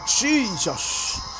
Jesus